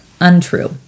Untrue